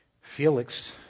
Felix